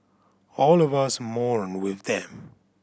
all of us mourn with them